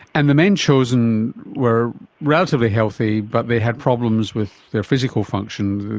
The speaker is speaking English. and the men chosen were relatively healthy but they had problems with their physical function,